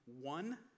one